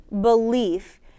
belief